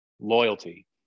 loyalty